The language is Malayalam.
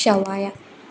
ഷവായ